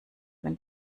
wenn